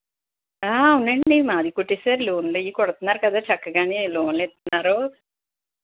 అవునండి మాది కూడా ఈసారి లోన్లవి కడుతున్నారు కదా చక్కగానే లోన్లు ఇస్తున్నారు